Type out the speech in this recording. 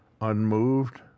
unmoved